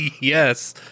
yes